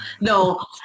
No